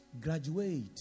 graduate